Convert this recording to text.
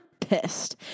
pissed